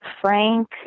frank